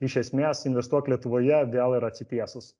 iš esmės investuok lietuvoje vėl yra atsitiesus